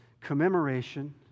commemoration